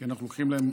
כי אנחנו לוקחים להם